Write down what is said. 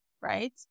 right